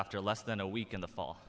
after less than a week in the fall